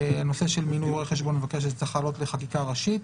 הנושא של מינוי רואה חשבון מבקר צריך לעלות לחקיקה ראשית.